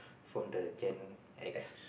from the Gen-X